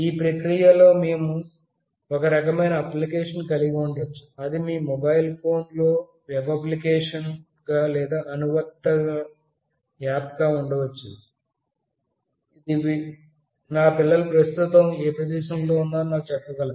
ఈ ప్రక్రియలో మేము ఒక రకమైన అప్లికేషన్ను కలిగి ఉండవచ్చు అది మీ మొబైల్ ఫోన్లో వెబ్ అప్లికేషన్ గా లేదా అనువర్తనంగా ఉండవచ్చు ఇది నా పిల్లలు ప్రస్తుతం ఏ ప్రదేశంలో ఉన్నారో నాకు చెప్పగలదు